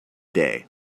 day